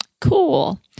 Cool